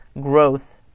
growth